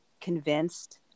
convinced